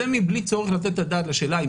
זה בלי הצורך לתת את הדעת לשאלה האם